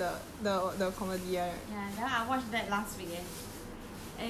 ya that [one] I watched that last week eh and it's about like 七月 that kind